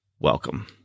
Welcome